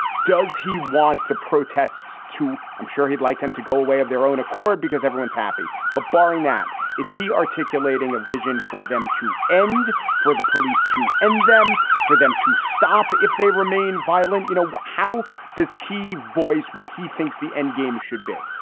does he want the protests, too? i'm sure he'd like them to go away of their own accord because everyone's happy. but barring that, is he articulating a vision for them to end, for the police, to end them, for them to stop if they remain violent? you know, how does he voice what he thinks the end game should be?